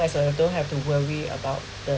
as uh don't have to worry about the